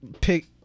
pick